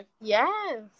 Yes